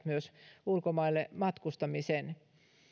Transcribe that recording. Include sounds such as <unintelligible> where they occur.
<unintelligible> myös estävät ulkomaille matkustamisen